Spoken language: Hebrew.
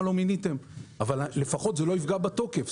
לא מיניתם אבל לפחות זה לא יפגע בתוקף.